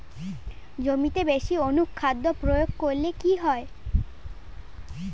জমিতে বেশি অনুখাদ্য প্রয়োগ করলে কি হয়?